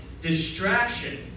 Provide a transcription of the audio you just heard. Distraction